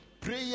prayer